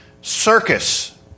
circus